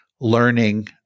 learning